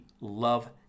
love